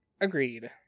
Agreed